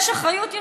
יש אחריות יתרה.